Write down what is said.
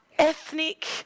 ethnic